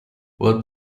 what